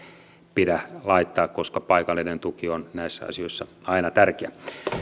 pidä laittaa koska paikallinen tuki on näissä asioissa aina tärkeää